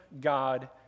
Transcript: God